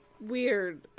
weird